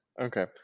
okay